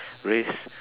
raise